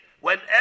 whenever